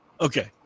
Okay